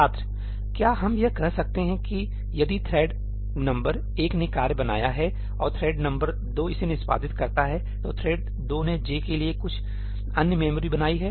छात्र क्या हम यह कह सकते हैं कि यदि थ्रेड नंबर एक ने कार्य बनाया है और थ्रेड नंबर दो इसे निष्पादित करता है तो थ्रेड 2 ने j के लिए कुछ अन्य मेमोरी बनाई है